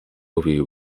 movie